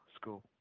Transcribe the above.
school